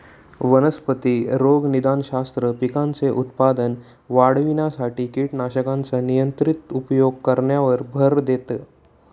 वनस्पती रोगनिदानशास्त्र, पिकांचे उत्पादन वाढविण्यासाठी कीटकनाशकांचे नियंत्रित उपयोग करण्यावर भर देतं